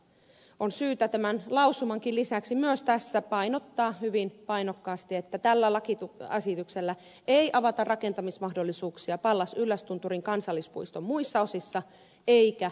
on syytä tämän lausumankin lisäksi myös tässä painottaa hyvin painokkaasti että tällä lakiesityksellä ei avata rakentamismahdollisuuksia pallas yllästunturin kansallispuiston muissa osissa eikä muissa kansallispuistoissa